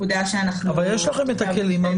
אבל יש לכם את הכלים.